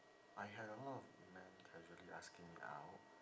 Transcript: I had a lot of men casually asking me out